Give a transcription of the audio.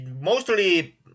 mostly